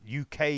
UK